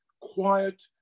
quiet